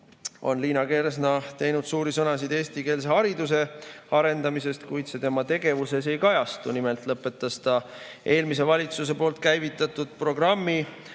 on Liina Kersna teinud suuri sõnu eestikeelse hariduse arendamisest, kuid see tema tegevuses ei kajastu. Nimelt lõpetas ta eelmise valitsuse käivitatud programmi